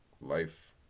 life